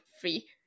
free